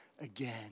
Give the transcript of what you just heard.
again